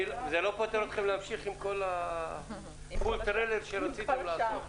זה לא פוטר אתכם מלהמשיך עם כל מה שרציתם לעשות.